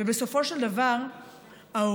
ובסופו של דבר ההורים